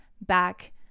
back